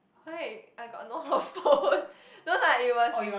right I got no no lah it was